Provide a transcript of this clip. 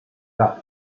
down